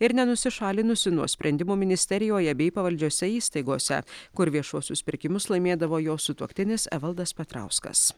ir nenusišalinusi nuo sprendimų ministerijoje bei pavaldžiose įstaigose kur viešuosius pirkimus laimėdavo jos sutuoktinis evaldas petrauskas